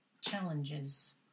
challenges